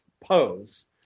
pose